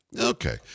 okay